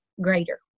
greater